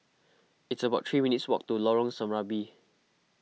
it's about three minutes' walk to Lorong Serambi